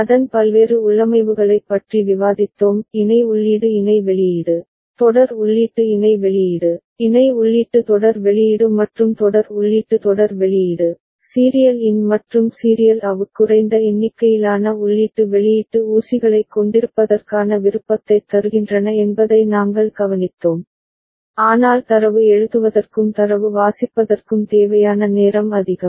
அதன் பல்வேறு உள்ளமைவுகளைப் பற்றி விவாதித்தோம் இணை உள்ளீடு இணை வெளியீடு தொடர் உள்ளீட்டு இணை வெளியீடு இணை உள்ளீட்டு தொடர் வெளியீடு மற்றும் தொடர் உள்ளீட்டு தொடர் வெளியீடு சீரியல் இன் மற்றும் சீரியல் அவுட் குறைந்த எண்ணிக்கையிலான உள்ளீட்டு வெளியீட்டு ஊசிகளைக் கொண்டிருப்பதற்கான விருப்பத்தைத் தருகின்றன என்பதை நாங்கள் கவனித்தோம் ஆனால் தரவு எழுதுவதற்கும் தரவு வாசிப்பதற்கும் தேவையான நேரம் அதிகம்